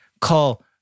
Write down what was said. call